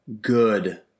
Good